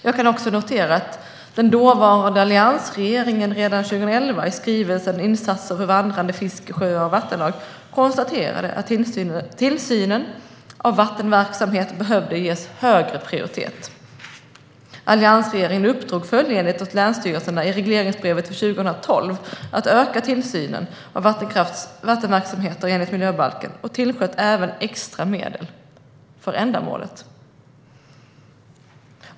Jag kan också notera att den dåvarande alliansregeringen redan 2011 i skrivelsen Insatser för vandrande fisk i sjöar och vattendrag konstaterade att tillsynen av vattenverksamhet behövde ges högre prioritet. Alliansregeringen uppdrog följdenligt åt länsstyrelserna i regleringsbrevet för 2012 att öka tillsynen av vattenverksamheterna enligt miljöbalken och tillsköt även extra medel för ändamålet.